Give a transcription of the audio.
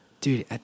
Dude